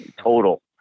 total